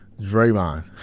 Draymond